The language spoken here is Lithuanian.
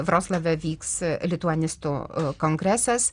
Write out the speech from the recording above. vroclave vyks lituanistų kongresas